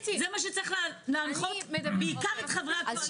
זה מה שצריך להנחות, בעיקר את חברי הקואליציה.